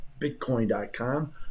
Bitcoin.com